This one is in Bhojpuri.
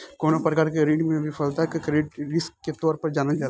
कवनो प्रकार के ऋण में विफलता के क्रेडिट रिस्क के तौर पर जानल जाला